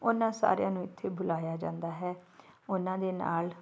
ਉਹਨਾਂ ਸਾਰਿਆਂ ਨੂੰ ਇੱਥੇ ਬੁਲਾਇਆ ਜਾਂਦਾ ਹੈ ਉਹਨਾਂ ਦੇ ਨਾਲ